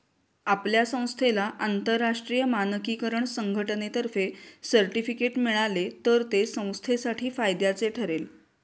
आपल्या संस्थेला आंतरराष्ट्रीय मानकीकरण संघटनेतर्फे सर्टिफिकेट मिळाले तर ते संस्थेसाठी फायद्याचे ठरेल